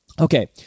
Okay